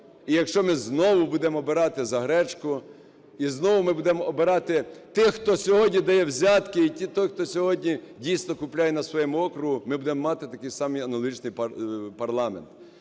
І якщо ми знову будемо обирати за гречку і знову ми будемо обирати тих, хто сьогодні дає взятки, і той, хто сьогодні, дійсно, купує на своєму окрузі, ми будемо мати такий самий аналогічний парламент.